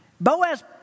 Boaz